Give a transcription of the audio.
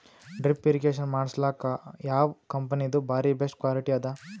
Drip irrigation ಮಾಡಸಲಕ್ಕ ಯಾವ ಕಂಪನಿದು ಬಾರಿ ಬೆಸ್ಟ್ ಕ್ವಾಲಿಟಿ ಅದ?